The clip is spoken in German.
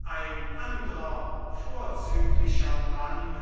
ein andrer vorzüglicher mann